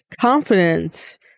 confidence